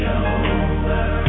over